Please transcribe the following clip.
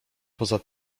poza